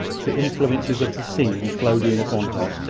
the influences of the scene flowed in upon her.